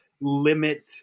limit